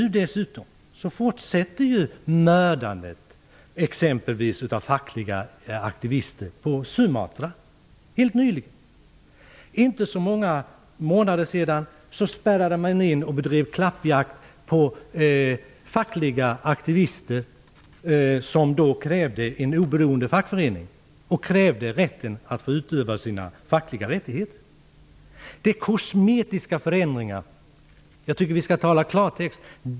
Dessutom fortsätter mördandet av t.ex fackliga aktivister. Det skedde på Sumatra helt nyligen. För inte så många månader sedan bedrev man klappjakt och spärrade in fackliga aktivister som krävde en oberoende fackförening. De krävde rätten att få utöva sina fackliga rättigheter. Jag tycker att vi skall tala i klartext.